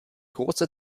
große